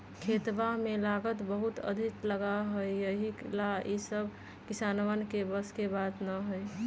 खेतवा में लागत बहुत अधिक लगा हई यही ला ई सब किसनवन के बस के बात ना हई